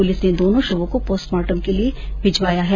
police ने दोनों शवों को पोस्टमार्टम के लिये भिजवाया है